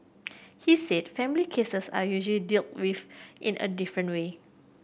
he said family cases are usually dealt with in a different way